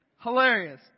hilarious